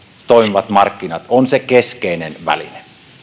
toimivat markkinat on se keskeinen väline